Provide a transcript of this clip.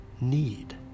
need